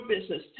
business